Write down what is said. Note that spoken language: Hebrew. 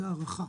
זו הערכה.